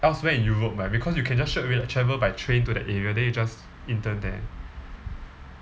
elsewhere in europe right because you can just straightaway like travel by train to that area then you just intern there